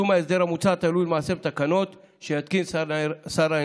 יישום ההסדר המוצע תלוי למעשה בתקנות שיתקין שר האנרגיה.